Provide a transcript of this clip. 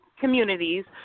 communities